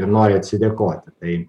ir nori atsidėkoti tai